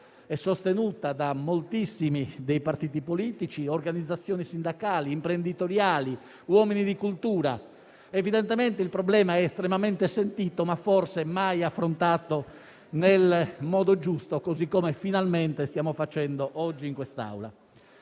e sostenuta da moltissimi partiti politici, organizzazioni sindacali e imprenditoriali, uomini di cultura: evidentemente il problema è fermamente sentito, ma forse mai affrontato nel modo giusto, così come finalmente stiamo facendo oggi in quest'Aula.